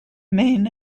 main